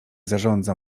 zarządza